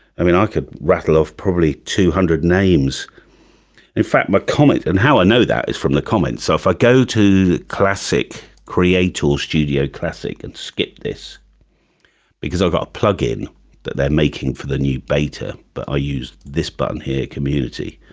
i mean i could rattle of probably two hundred names in fact, my comments, and how i know that is from the comments so if i ah go to classic creator studio classic and skip this because i've got ah a plug-in that they're making for the new beta but i use this button here community.